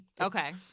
Okay